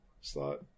slot